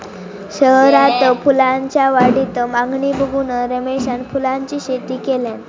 शहरात फुलांच्या वाढती मागणी बघून रमेशान फुलांची शेती केल्यान